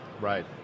right